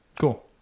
Cool